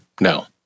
No